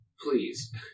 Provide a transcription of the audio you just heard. please